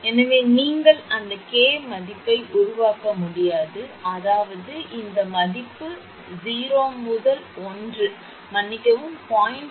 எனவே நீங்கள் அந்த k மதிப்பை உருவாக்க முடியாது அதாவது இந்த மதிப்பு 0 முதல் 1 மன்னிக்கவும் 0